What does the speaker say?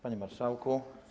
Panie Marszałku!